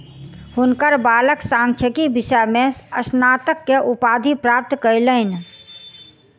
हुनकर बालक सांख्यिकी विषय में स्नातक के उपाधि प्राप्त कयलैन